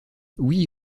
oui